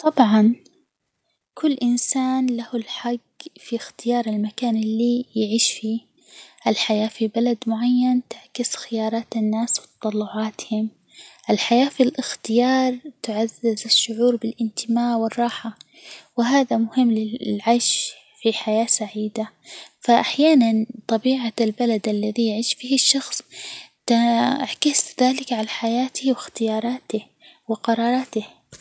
طبعًا، كل إنسان له الحج في اختيار المكان اللي يعيش فيه، الحياة في بلد معين تعكس خيارات الناس، وتطلعاتهم، الحياة في الإختيار تعزز الشعور بالإنتماء، والراحة، وهذا مهم للعيش في حياة سعيدة، فأحيانًا، طبيعة البلد الذي يعيش فيه الشخص تعكس ذلك على حياته وإختياراته وقراراته.